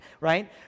right